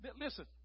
Listen